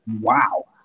wow